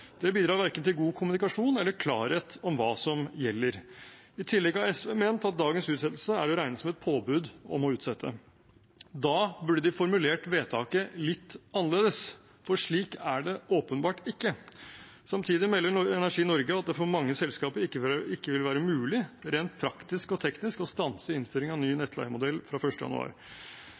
Det bidrar verken til god kommunikasjon eller til klarhet om hva som gjelder. I tillegg har SV ment at dagens utsettelse er å regne som et påbud om å utsette. Da burde de formulert vedtaket litt annerledes, for slik er det åpenbart ikke. Samtidig melder Energi Norge at det for mange selskaper ikke vil være mulig rent praktisk og teknisk å stanse innføring av ny nettleiemodell fra 1. januar.